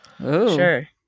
Sure